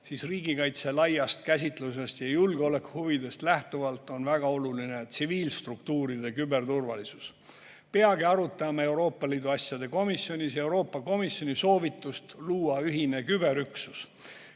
on riigikaitse laiast käsitusest ja julgeolekuhuvidest lähtuvalt väga oluline tsiviilstruktuuride küberturvalisus. Peagi arutame Euroopa Liidu asjade komisjonis Euroopa Komisjoni soovitust luua ühine küberüksus.